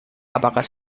apakah